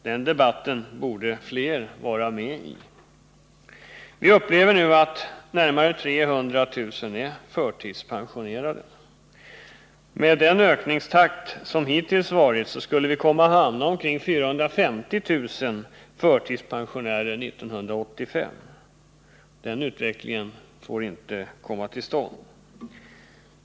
Den debatten borde flera vara med i. Vi upplever nu att närmare 300 000 är förtidspensionerade. Med den ökningstakt som hittills varit skulle vi komma att hamna i en situation med omkring 450 000 förtidspensionärer 1985. Denna utveckling får inte komma till stånd.